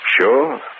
Sure